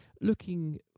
looking